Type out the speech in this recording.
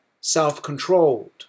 self-controlled